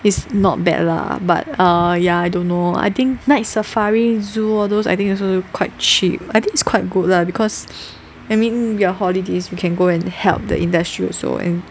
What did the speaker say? is not bad lah but err ya I don't know I think night safari zoo all those I think also quite cheap I think it's quite good lah because I mean your holidays we can go and help the industry also and